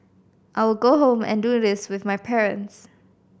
I will go home and do this with my parents